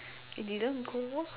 you didn't go